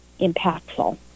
impactful